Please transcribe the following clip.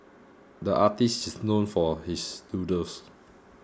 the artist is known for his doodles